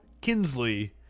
Kinsley